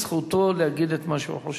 זכותו להגיד את מה שהוא חושב.